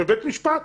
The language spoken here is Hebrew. בבית משפט.